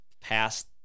past